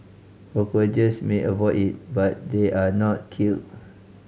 cockroaches may avoid it but they are not killed